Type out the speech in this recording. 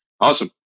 Awesome